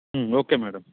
okay madam